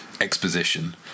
exposition